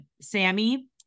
Sammy